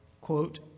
quote